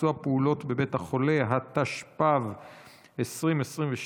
(ביצוע פעולות בבית החולה), התשפ"ב 2022,